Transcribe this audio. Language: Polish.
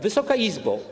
Wysoka Izbo!